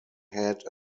had